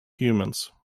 humans